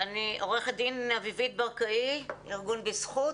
עורכת דין אביבית ברקאי, ארגון 'בזכות'.